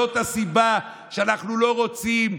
זאת הסיבה שאנחנו לא רוצים,